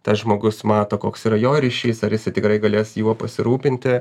tas žmogus mato koks yra jo ryšys ar jisai tikrai galės juo pasirūpinti